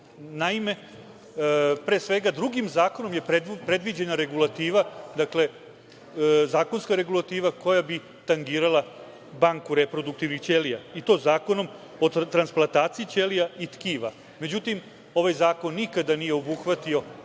pre svega drugim zakonom je predviđena regulativa zakonska koja bi tangirala banku reproduktivnih ćelija i to Zakonom o transplataciji ćelija i tkiva. Međutim, ovaj zakon nikada nije obuhvatio